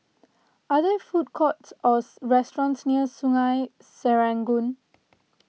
are there food courts or restaurants near Sungei Serangoon